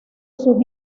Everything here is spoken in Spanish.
sus